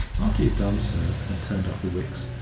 after he had done so and turned up the wicks,